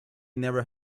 never